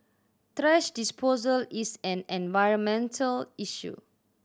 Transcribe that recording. thrash disposal is an environmental issue